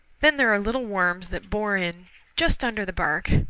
then there are little worms that bore in just under the bark,